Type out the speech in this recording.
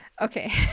okay